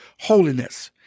holiness